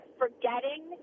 forgetting